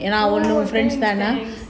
oh thanks thanks